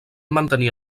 mantenir